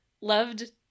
Loved